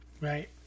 Right